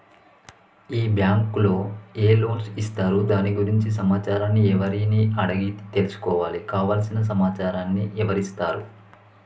ఈ బ్యాంకులో ఏ లోన్స్ ఇస్తారు దాని గురించి సమాచారాన్ని ఎవరిని అడిగి తెలుసుకోవాలి? కావలసిన సమాచారాన్ని ఎవరిస్తారు?